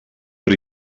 but